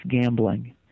gambling